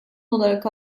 olarak